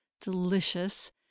delicious